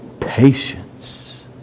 patience